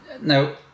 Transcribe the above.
Now